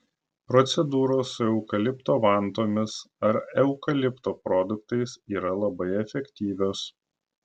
procedūros su eukalipto vantomis ar eukalipto produktais yra labai efektyvios